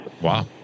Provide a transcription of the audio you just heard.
Wow